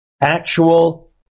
Actual